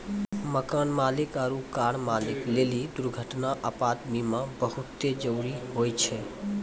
मकान मालिक आरु कार मालिक लेली दुर्घटना, आपात बीमा बहुते जरुरी होय छै